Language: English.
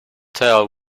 tell